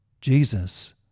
Jesus